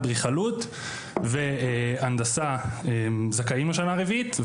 אדריכלות והנדסה זכאים לשנה רביעית,